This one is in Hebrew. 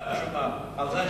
זו הסיבה, לזה חיכיתי.